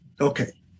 Okay